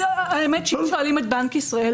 האמת היא שאם שואלים את בנק ישראל,